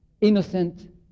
innocent